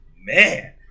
man